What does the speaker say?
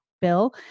Bill